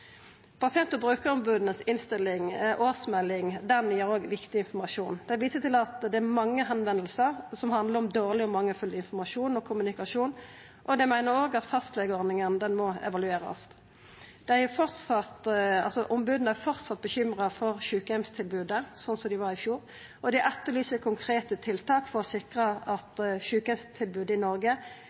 Dei viser til at det er mange som tar kontakt om dårleg og mangelfull informasjon og kommunikasjon, og dei meiner òg at fastlegeordninga må evaluerast. Omboda er framleis bekymra for sjukeheimstilbodet, slik som dei var i fjor, og dei etterlyser konkrete tiltak for å sikra at sjukeheimstilbodet i Noreg